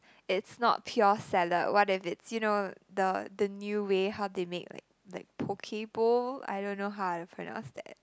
it's not pure salad what if it's you know the the new way how they make like like poke bowl I don't know how to pronounce that